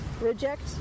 Reject